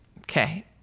okay